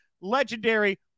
legendary